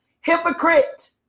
Hypocrite